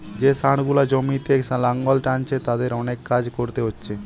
যে ষাঁড় গুলা জমিতে লাঙ্গল টানছে তাদের অনেক কাজ কোরতে হচ্ছে